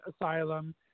asylum